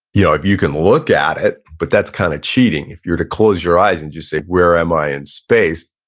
yeah if you can look at it, but that's kind of cheating, if you're to close your eyes and just say, where am i in space?